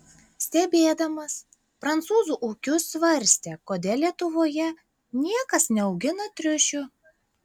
stebėdamas prancūzų ūkius svarstė kodėl lietuvoje niekas neaugina triušių